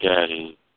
daddy